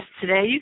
today